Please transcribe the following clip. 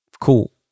Cool